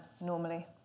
normally